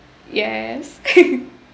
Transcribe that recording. yes